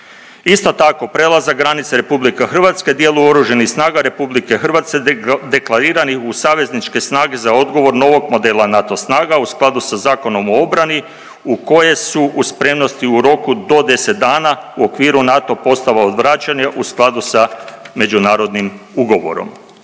Isto tako prelazak granice RH dijelu oružanih snaga RH deklarirani u savezničke snage za odgovor novog modela NATO snaga u skladu sa Zakonom o obrani u koje su u spremnosti u roku do 10 dana u okviru NATO postava odvraćanja u skladu sa međunarodnim ugovorom.